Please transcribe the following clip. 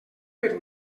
per